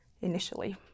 initially